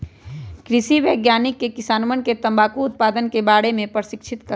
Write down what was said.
कृषि वैज्ञानिकवन ने किसानवन के तंबाकू उत्पादन के बारे में प्रशिक्षित कइल